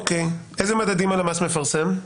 איזה מדדים הלמ"ס מפרסם?